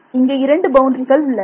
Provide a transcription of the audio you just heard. இங்கே இரண்டு பவுண்டரிகள் உள்ளன